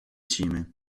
cime